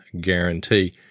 guarantee